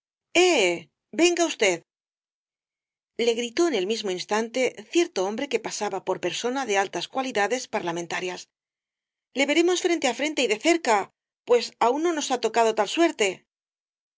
venga usted le gritó en el mismo instante cierto hombre que pasaba por persona de altas cualidades parlamentarias le veremos frente á frente y de cerca pues aun no nos ha tocado tal suerte